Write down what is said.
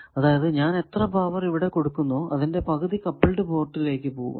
അതായതു ഞാൻ എത്ര പവർ ഇവിടെ കൊടുക്കുന്നുവോ അതിന്റെ പകുതി കപ്പിൾഡ് പോർടട്ടിലേക്കു പോകുന്നു